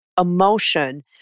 emotion